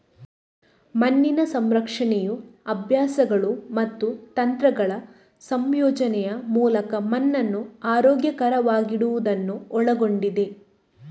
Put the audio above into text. ಮಣ್ಣಿನ ಸಂರಕ್ಷಣೆಯು ಅಭ್ಯಾಸಗಳು ಮತ್ತು ತಂತ್ರಗಳ ಸಂಯೋಜನೆಯ ಮೂಲಕ ಮಣ್ಣನ್ನು ಆರೋಗ್ಯಕರವಾಗಿಡುವುದನ್ನು ಒಳಗೊಂಡಿದೆ